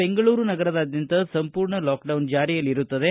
ಬೆಂಗಳೂರು ನಗರದಾದ್ಯಂತ ಸಂಪೂರ್ಣ ಲಾಕ್ಡೌನ್ ಜಾರಿಯಲ್ಲಿರುತ್ತದೆ